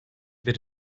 bir